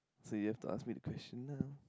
so you have to ask me the question now